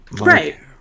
Right